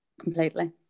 Completely